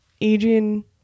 Adrian